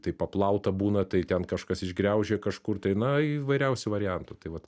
tai paplauta būna tai ten kažkas išgriaužė kažkur tai na įvairiausių variantų tai vat